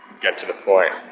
get-to-the-point